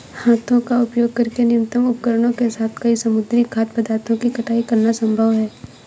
हाथों का उपयोग करके न्यूनतम उपकरणों के साथ कई समुद्री खाद्य पदार्थों की कटाई करना संभव है